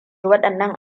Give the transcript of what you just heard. waɗannan